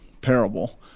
parable